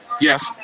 Yes